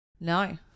No